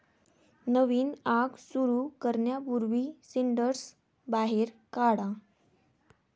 नवीन आग सुरू करण्यापूर्वी सिंडर्स बाहेर काढा